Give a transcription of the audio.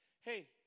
Hey